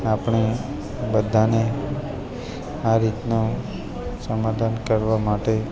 આપણે બધાને આ રીતનો સમાધાન કરવા માટે